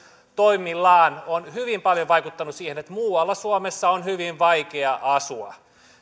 toimillaan on hyvin paljon vaikuttanut siihen että muualla suomessa on hyvin vaikea asua